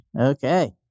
Okay